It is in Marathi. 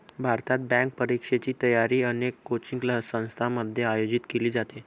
भारतात, बँक परीक्षेची तयारी अनेक कोचिंग संस्थांमध्ये आयोजित केली जाते